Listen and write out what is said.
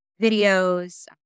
videos